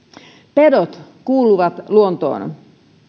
pedot kuuluvat luontoon